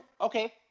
okay